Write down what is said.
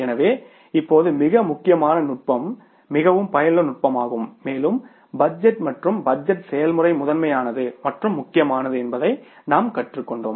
எனவே இப்போது மிக மிக முக்கியமான நுட்பம் மிகவும் மிகவும் பயனுள்ள நுட்பமாகும் மேலும் பட்ஜெட் மற்றும் பட்ஜெட் செயல்முறை முதன்மையானது மற்றும் முக்கியமானது என்பதை நாம் கற்றுக்கொண்டோம்